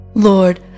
Lord